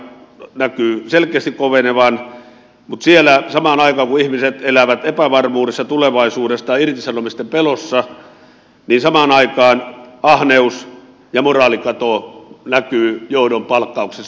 ekn linja näkyy selkeästi kovenevan mutta siellä samaan aikaan kun ihmiset elävät epävarmuudessa tulevaisuudesta irtisanomisten pelossa samaan aikaan ahneus ja moraalikato näkyvät johdon palkkauksessa